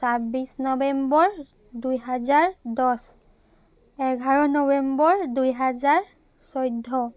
ছাব্বিছ নৱেম্বৰ দুহেজাৰ দহ এঘাৰ নৱেম্বৰ দুহেজাৰ চৈধ্য